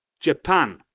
Japan